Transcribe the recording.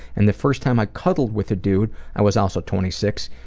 and the first time i cuddled with a dude i was also twenty six.